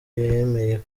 yemeye